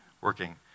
working